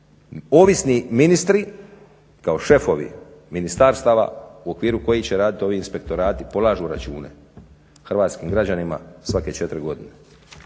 Ovisni ministri kao šefovi ministarstava u okviru kojih će raditi ovi inspektorati polažu račune hrvatskim građanima svake 4 godine.